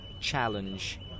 challenge